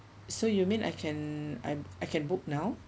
so you mean I can I I can book now